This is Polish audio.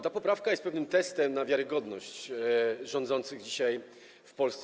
Ta poprawka jest pewnym testem na wiarygodność rządzących dzisiaj w Polsce.